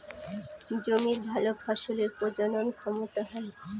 জমির ভালো ফসলের প্রজনন ক্ষমতা হয়